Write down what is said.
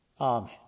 Amen